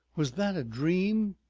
was that a dream?